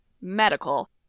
medical